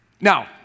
Now